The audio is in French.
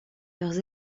leur